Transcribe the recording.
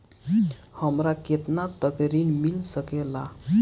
हमरा केतना तक ऋण मिल सके ला?